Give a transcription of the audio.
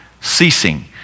ceasing